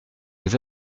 les